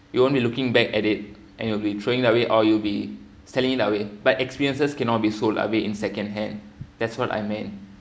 you won't be looking back at it and you will be throwing it away or you will be selling it away but experiences cannot be sold I meant